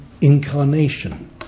incarnation